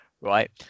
right